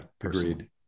agreed